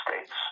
States